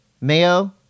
Mayo